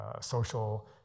social